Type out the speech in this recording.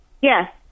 Yes